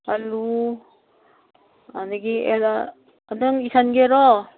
ꯑꯂꯨ ꯑꯗꯒꯤ ꯅꯪ ꯏꯁꯟꯒꯦꯔꯣ